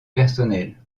personnel